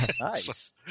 Nice